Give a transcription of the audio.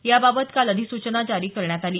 याबाबत काल अधिसूचना जारी करण्यात आली